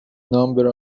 number